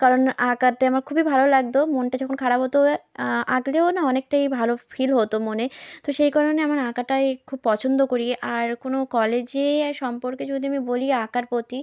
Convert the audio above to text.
কারণ আঁকাতে আমার খুবই ভালো লাগত মনটা যখন খারাপ হতো আঁ আঁকলেও না অনেকটাই ভালো ফ্ ফিল হতো মনে তো সেই কারণে আমার আঁকাটাই খুব পছন্দ করি আর কোনো কলেজে সম্পর্কে যদি আমি বলি আঁকার প্রতি